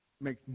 Make